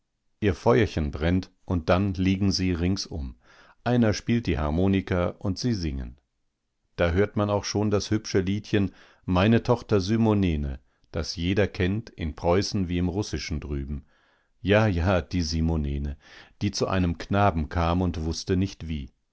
ihr feuerchen brennt und dann liegen sie ringsum einer spielt die harmonika und sie singen da hört man auch schon das hübsche liedchen meine tochter symonene das jeder kennt in preußen wie im russischen drüben ja ja die symonene die zu einem knaben kam und wußte nicht wie